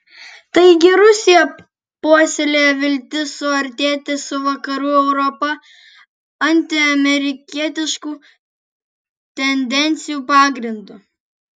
taigi rusija puoselėja viltis suartėti su vakarų europa antiamerikietiškų tendencijų pagrindu